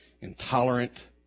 intolerant